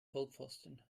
vollpfosten